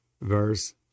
verse